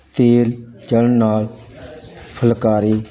ਤੇਲ ਚੜ੍ਹਨ ਨਾਲ ਫੁਲਕਾਰੀ